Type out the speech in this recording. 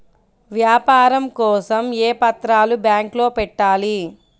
వ్యాపారం కోసం ఏ పత్రాలు బ్యాంక్లో పెట్టాలి?